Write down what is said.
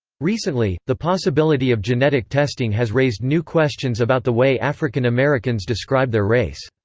recently, the possibility of genetic testing has raised new questions about the way african americans describe their race.